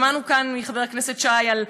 שמענו כאן מחבר הכנסת שי על גרמניה.